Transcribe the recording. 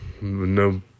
no